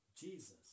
Jesus